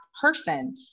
person